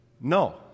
no